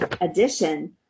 edition